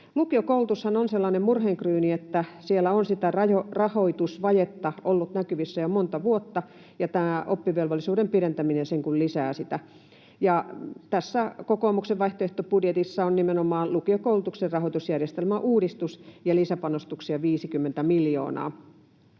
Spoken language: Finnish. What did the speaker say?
Lukiokoulutushan on sellainen murheenkryyni, että siellä on sitä rahoitusvajetta ollut näkyvissä jo monta vuotta, ja tämä oppivelvollisuuden pidentäminen sen kuin lisää sitä. Tässä kokoomuksen vaihtoehtobudjetissa on nimenomaan lukiokoulutuksen rahoitusjärjestelmän uudistus ja lisäpanostuksia 50 miljoonaa.